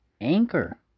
Anchor